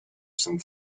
some